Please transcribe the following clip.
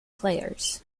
players